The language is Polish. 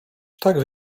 tak